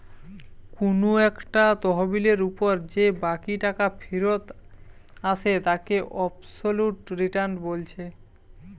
কুনু একটা তহবিলের উপর যে বাকি টাকা ফিরত আসে তাকে অবসোলুট রিটার্ন বলছে